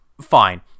Fine